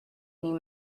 new